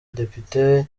depite